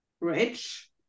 rich